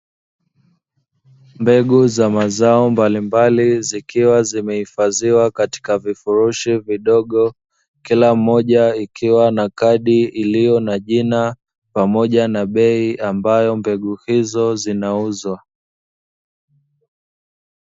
Mbegu za mazao mbalimbali zikiwa zimehifadhiwa katika vifurushi vidogo, kila moja ikiwa na kadi iliyo na jina pamoja na bei ambayo mbegu hizo zinauzwa.